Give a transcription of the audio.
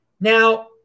Now